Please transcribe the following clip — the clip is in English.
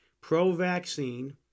pro-vaccine